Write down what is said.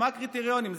מה הקריטריונים,